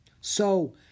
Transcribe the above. So